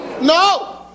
No